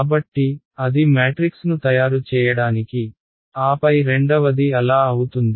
కాబట్టి అది మ్యాట్రిక్స్ను తయారు చేయడానికి ఆపై రెండవది అలా అవుతుంది